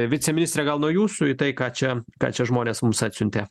viceministre gal nuo jūsų į tai ką čia ką čia žmonės mums atsiuntė